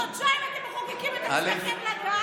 חודשיים אתם מחוקקים את עצמכם לדעת.